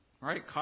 Right